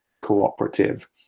cooperative